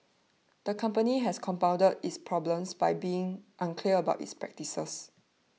the company has compounded its problems by being unclear about its practices